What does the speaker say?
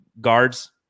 guards